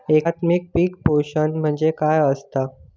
एकात्मिक पीक पोषण म्हणजे काय असतां?